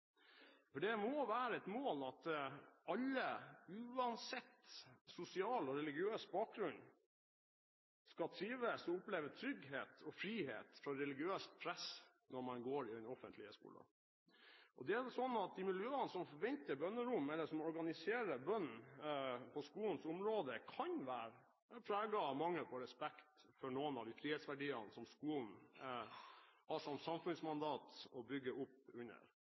Det må være et mål at alle, uansett sosial og religiøs bakgrunn, skal trives og oppleve trygghet og frihet fra religiøst press når man går i den offentlige skolen. Det er slik at de miljøene som forventer bønnerom, eller som organiserer bønn på skolens område, kan være preget av mangel på respekt for noen av de frihetsverdiene som skolen har som samfunnsmandat å bygge opp under.